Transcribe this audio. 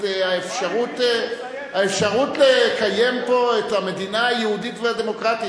את האפשרות לקיים פה את המדינה היהודית והדמוקרטית.